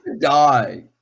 die